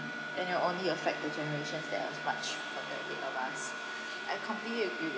and it only affect the generation that are much advance I completely agree with